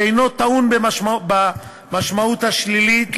שאינו טעון במשמעות השלילית,